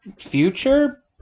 future